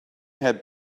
had